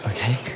Okay